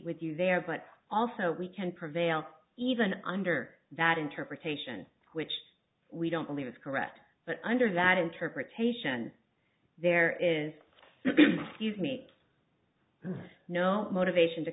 with you there but also we can prevail even under that interpretation which we don't believe is correct but under that interpretation there is use me no motivation to